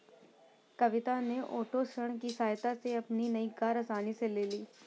कविता ने ओटो ऋण की सहायता से अपनी नई कार आसानी से ली